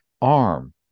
arm